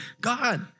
God